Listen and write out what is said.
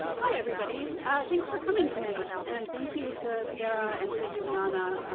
hi, everybody thanks for coming tonight, and thank you to sarah and to yeah uliana,